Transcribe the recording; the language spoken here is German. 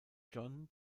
john